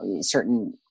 certain